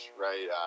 right